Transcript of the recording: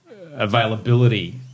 availability